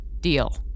Deal